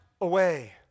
away